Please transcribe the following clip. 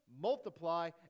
multiply